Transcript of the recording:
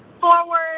forward